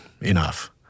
enough